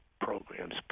programs